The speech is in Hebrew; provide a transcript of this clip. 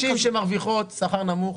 נשים שמרוויחות שכר נמוך,